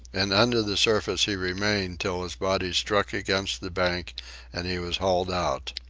and under the surface he remained till his body struck against the bank and he was hauled out.